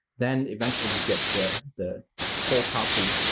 then eventually you get the the whole property,